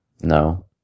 No